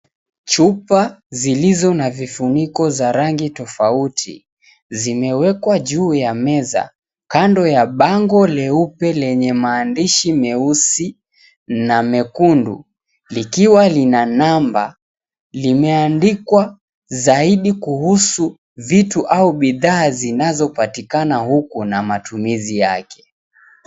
Chupa zilizo na vifuniko za rangi tofauti, zimeekwa ju ya meza kando ya bango leupe lenye maandishi meusi na mekundu, likiwa lina namba limeandikwa zaidi kuhusu vitu au bidhaa zinazopatikana huku na matumizi yake.